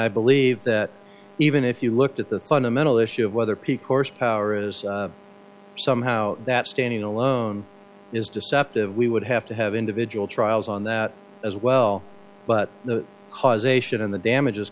i believe that even if you looked at the fundamental issue of whether peak or spare hours somehow that standing alone is deceptive we would have to have individual trials on that as well but the causation and the damages